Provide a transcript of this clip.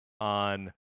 on